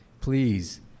please